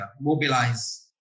mobilize